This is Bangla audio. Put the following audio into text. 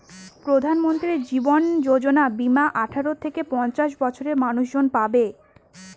প্রধানমন্ত্রী জীবন যোজনা বীমা আঠারো থেকে পঞ্চাশ বছরের মানুষজন পাবে